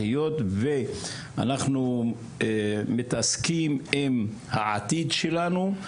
היות ואנחנו מתעסקים עם העתיד שלנו,